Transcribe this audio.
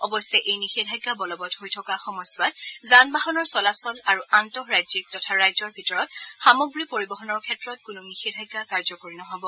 অৱশ্যে এই নিষেধাজ্ঞা বলবৎ হৈ থকা সময়ছোৱাত যান বাহনৰ চলাচল আৰু আন্তঃৰাজ্যিক তথা ৰাজ্যৰ ভিতৰত সামগ্ৰী পৰিবহণৰ ক্ষেত্ৰত কোনো নিষেধাজ্ঞা কাৰ্যকৰী নহব